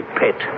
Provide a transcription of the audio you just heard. pet